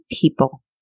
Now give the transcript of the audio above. people